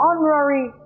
honorary